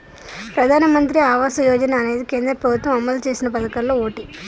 ప్రధానమంత్రి ఆవాస యోజన అనేది కేంద్ర ప్రభుత్వం అమలు చేసిన పదకాల్లో ఓటి